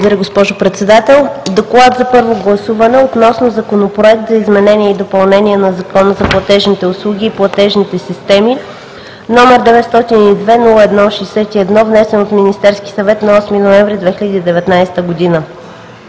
„ДОКЛАД за първо гласуване относно Законопроект за изменение и допълнение на Закона за платежните услуги и платежните системи, № 902-01-61, внесен от Министерския съвет на 8 ноември 2019 г.